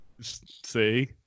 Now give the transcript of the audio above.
See